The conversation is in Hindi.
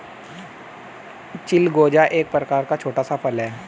चिलगोजा एक प्रकार का छोटा सा फल है